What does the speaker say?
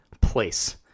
place